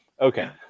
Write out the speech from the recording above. Okay